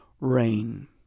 rain